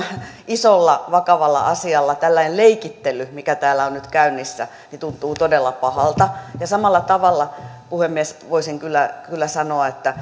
isolla vakavalla asialla tällainen leikittely mikä täällä on nyt käynnissä tuntuu todella pahalta ja samalla tavalla puhemies voisin kyllä kyllä sanoa että